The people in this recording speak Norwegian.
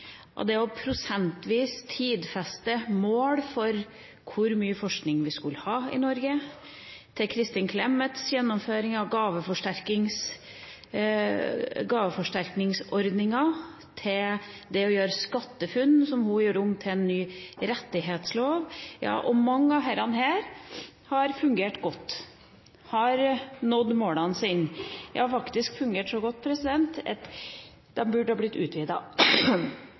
og det prosentvis å tidfeste mål for hvor mye forskning vi skal ha i Norge, til Kristin Clemets gjennomføring av gaveforsterkningsordninga og det vi gjør med SkatteFUNN, som hun gjør om til en ny rettighetslov. Mye av dette har fungert godt, ja faktisk så godt at de burde ha blitt